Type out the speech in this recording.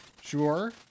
sure